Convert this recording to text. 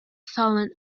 fallen